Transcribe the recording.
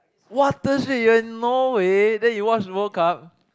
!what the shit! you're in Norway then you watch World Cup